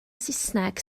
saesneg